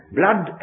blood